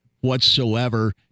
whatsoever